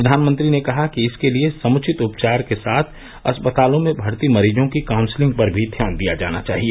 प्रधानमंत्री ने कहा कि इसके लिए समुचित उपचार के साथ अस्पतालों में भर्ती मरीजों की काउंसिलिंग पर भी ध्यान दिया जाना चाहिए